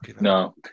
No